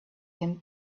them